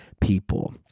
people